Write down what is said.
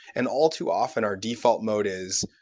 and all too often, our default mode is,